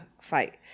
fight